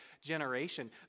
generation